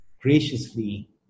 graciously